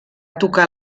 tocar